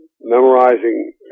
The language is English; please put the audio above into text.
Memorizing